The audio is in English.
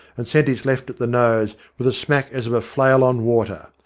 and sent his left at the nose, with a smack as of a flail on water.